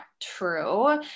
true